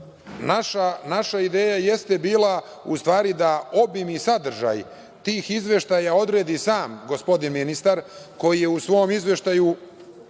ideja jeste bila, u stvari da obim i sadržaj tih izveštaja odredi, sam gospodin ministar, koji je u svom izveštaju,